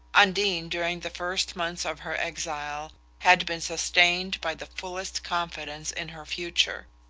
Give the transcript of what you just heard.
undine, during the first months of her exile, had been sustained by the fullest confidence in her future.